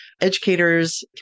educators